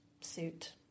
suit